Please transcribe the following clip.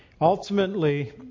Ultimately